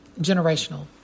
generational